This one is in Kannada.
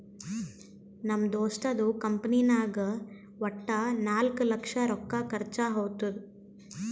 ನಮ್ ದೋಸ್ತದು ಕಂಪನಿನಾಗ್ ವಟ್ಟ ನಾಕ್ ಲಕ್ಷ ರೊಕ್ಕಾ ಖರ್ಚಾ ಹೊತ್ತುದ್